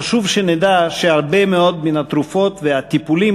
חשוב שנדע שהרבה מאוד מהתרופות והטיפולים